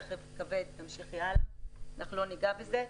רכב אנחנו לא ניגע בזה.